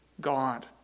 God